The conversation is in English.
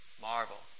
Marvel